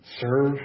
serve